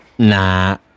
Nah